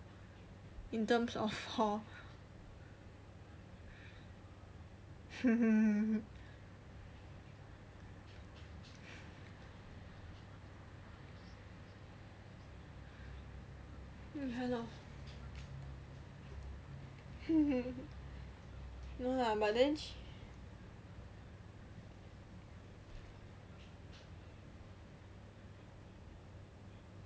in terms of hall no lah but then